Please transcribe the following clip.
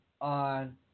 on